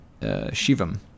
Shivam